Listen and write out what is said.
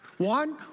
One